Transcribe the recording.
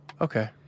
Okay